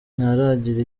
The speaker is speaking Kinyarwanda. ntaragira